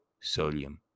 sodium